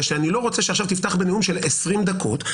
כי אני לא רוצה שעכשיו תפתח בנאום של 20 דקות,